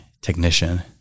technician